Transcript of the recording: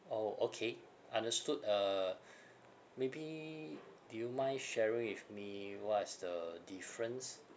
orh okay understood uh maybe do you mind sharing with me what is the difference